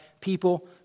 people